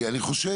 כי אני חושב,